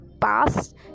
past